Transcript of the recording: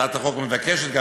הצעת החוק מבקשת גם,